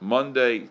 Monday